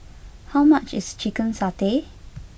how much is Chicken Satay